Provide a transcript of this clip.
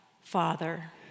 Father